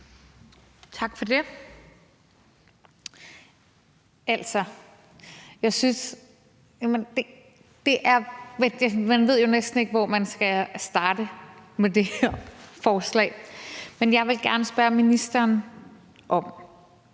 Tak for det. Man ved jo næsten ikke, hvor man skal starte med det her forslag, men jeg vil gerne spørge ministeren, om